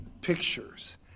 pictures